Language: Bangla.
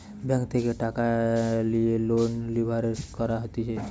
ব্যাঙ্ক থেকে টাকা লিয়ে লোন লিভারেজ করা হতিছে